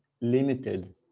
limited